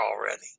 already